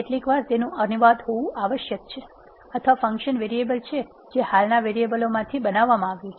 કેટલીકવાર તેનું અનુવાદ હોવું આવશ્યક છે અથવા ફંક્શન વેરીએબલ છે જે હાલના વેરીએબલો માંથી બનાવવામાં આવ્યું છે